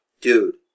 Dude